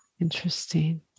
Interesting